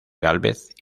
gálvez